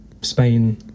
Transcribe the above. Spain